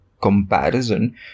comparison